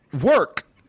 work